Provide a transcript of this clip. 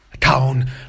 town